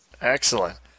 Excellent